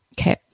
Okay